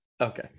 Okay